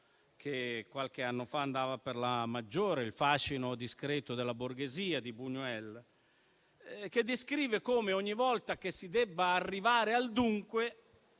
che qualche anno fa andava per la maggiore, «Il fascino discreto della borghesia» di Bunuel, che descrive come ogni volta che si debba arrivare al dunque,